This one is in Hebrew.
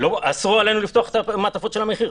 ואסרו עלינו לפתוח את המעטפות של המחיר.